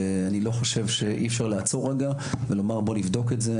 אני לא חושב שאי אפשר לעצור רגע ולומר: בואו נבדוק את זה.